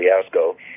fiasco